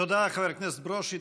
תודה, חבר הכנסת ברושי.